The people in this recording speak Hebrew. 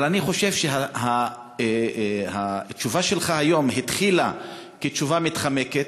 אבל אני חושב שהתשובה שלך היום התחילה כתשובה מתחמקת,